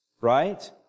right